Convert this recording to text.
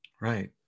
Right